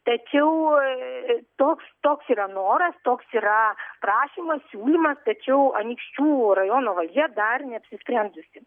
tačiau toks toks yra noras toks yra prašymas siūlymas tačiau anykščių rajono valdžia dar neapsisprendusi